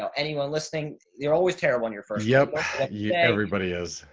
so anyone listening? they're always terrible on your first. ah but yeah everybody is.